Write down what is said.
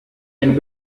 and